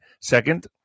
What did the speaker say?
second